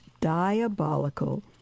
diabolical